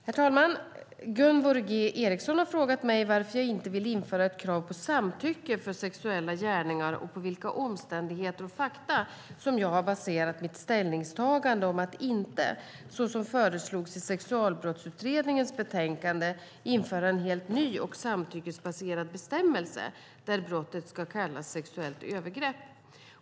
Herr talman! Gunvor G Ericson har frågat mig varför jag inte vill införa ett krav på samtycke för sexuella gärningar och på vilka omständigheter och fakta som jag har baserat mitt ställningstagande om att inte, så som föreslogs i sexualbrottsutredningens betänkande, införa en helt ny och samtyckesbaserad bestämmelse där brottet ska kallas sexuellt övergrepp.